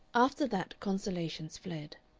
after that consolations fled.